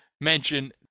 mention